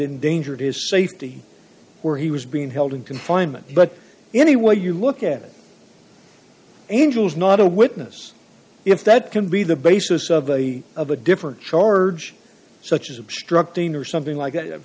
endangered his safety or he was being held in confinement but any way you look at it angel's not a witness if that can be the basis of a of a different charge such as obstructing or something like that